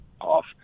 off